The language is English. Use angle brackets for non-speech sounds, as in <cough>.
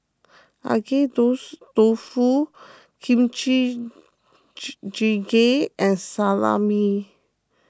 Agedashi Dofu Kimchi <unintelligible> Jjigae and Salami